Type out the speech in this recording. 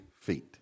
feet